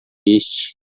este